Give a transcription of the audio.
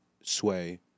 Sway